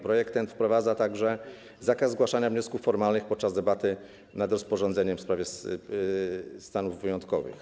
Projekt ten wprowadza także zakaz zgłaszania wniosków formalnych podczas debaty nad rozporządzeniem w sprawie stanów wyjątkowych.